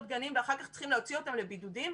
גנים ואחר כך צריכים להוציא אותם לבידודים?